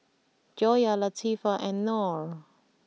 Joyah Latifa and Nor